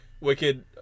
Wicked